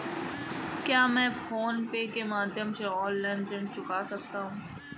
क्या मैं PhonePe के माध्यम से ऑनलाइन ऋण चुका सकता हूँ?